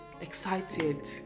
excited